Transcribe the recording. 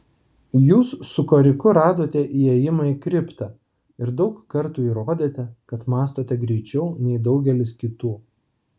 jūs su koriku radote įėjimą į kriptą ir daug kartų įrodėte kad mąstote greičiau nei daugelis kitų